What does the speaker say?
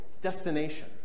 destination